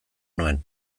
nuen